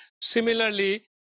Similarly